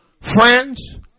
friends